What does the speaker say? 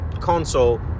console